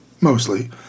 mostly